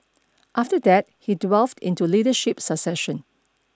after that he delved into leadership succession